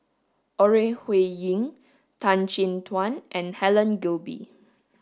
Ore Huiying Tan Chin Tuan and Helen Gilbey